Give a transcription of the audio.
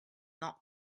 not